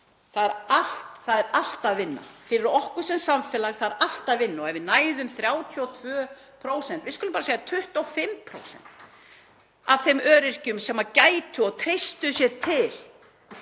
Það er allt að vinna fyrir okkur sem samfélag, það er allt að vinna. Ef við næðum 32%, við skulum bara segja 25%, af þeim öryrkjum sem gætu og treystu sér til